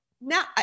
now